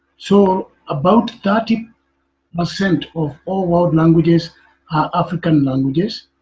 so, about thirty percent of all world languages are african languages,